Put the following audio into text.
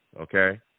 okay